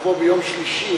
לבוא ביום שלישי,